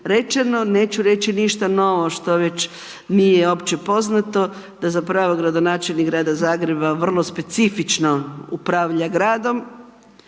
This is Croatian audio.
neću reći ništa novo što već nije opće poznato da zapravo gradonačelnik Grada Zagreba vrlo specifično upravlja gradom,